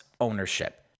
ownership